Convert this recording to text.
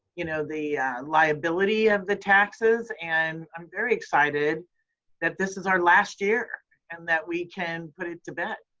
you know, the liability of the taxes. and i'm very excited that this is our last year and that we can put it to bed.